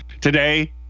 today